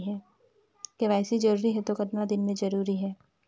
KYC जरूरी हे तो कतना दिन मे जरूरी है?